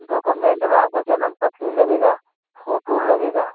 document में आपका जनम पत्री लगेगा फोटो लगेगा